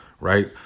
Right